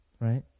right